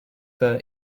prefer